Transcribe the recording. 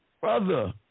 Brother